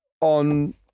on